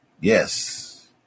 Yes